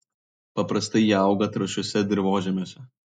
paprastai jie auga trąšiuose dirvožemiuose